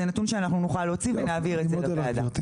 זה נתון שאנחנו נוכל להוציא ונעביר אותו לוועדה.